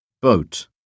Boat